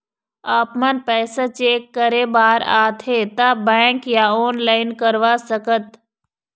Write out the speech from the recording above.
आपमन पैसा चेक करे बार आथे ता बैंक या ऑनलाइन करवा सकत?